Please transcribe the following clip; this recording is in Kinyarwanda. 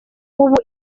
ubu